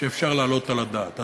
שאפשר להעלות על הדעת.